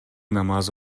намаз